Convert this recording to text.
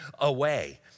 away